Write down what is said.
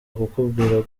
kukubwira